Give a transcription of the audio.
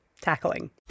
tackling